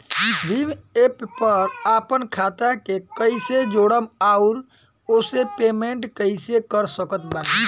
Bhim app पर आपन खाता के कईसे जोड़म आउर ओसे पेमेंट कईसे कर सकत बानी?